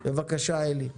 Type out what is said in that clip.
בבקשה, אלי.